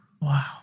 Wow